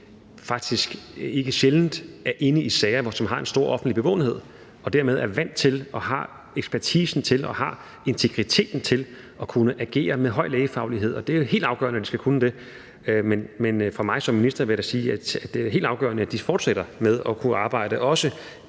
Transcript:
faktisk ikke sjældent er inde i sager, som har en stor offentlig bevågenhed, og de er vant til og har ekspertisen til og har integriteten til at agere med høj lægefaglighed – og det er jo helt afgørende, at de skal kunne det. Men fra min side som minister vil jeg da sige, at det er helt afgørende, at de fortsætter med at kunne arbejde – også